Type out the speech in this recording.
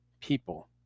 people